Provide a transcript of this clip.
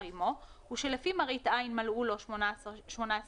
עימו ושלפי מראית עין מלאו לו 18 שנים,